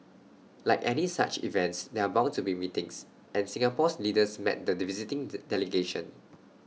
like any such events there are bound to be meetings and Singapore's leaders met the visiting the delegation